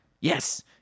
Yes